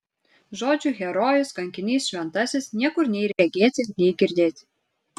žodžių herojus kankinys šventasis niekur nei regėti nei girdėt